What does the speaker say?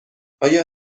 آیا